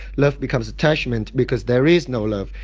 love becomes attachment because there is no love.